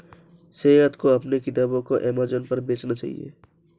सैयद को अपने किताबों को अमेजन पर बेचना चाहिए